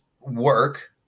work